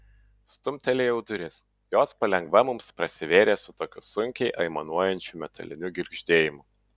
stumtelėjau duris jos palengva mums prasivėrė su tokiu sunkiai aimanuojančiu metaliniu girgždėjimu